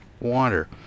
water